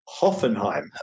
Hoffenheim